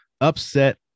upset